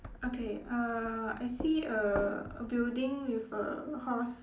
okay uh I see a building with a horse